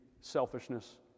selfishness